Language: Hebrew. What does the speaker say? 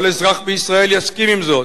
כל אזרח בישראל יסכים עם זאת: